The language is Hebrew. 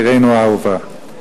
עירנו האהובה,